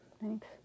thanks